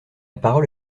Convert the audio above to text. parole